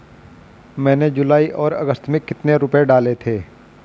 मैंने जुलाई और अगस्त में कितने रुपये डाले थे?